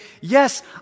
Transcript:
yes